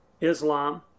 Islam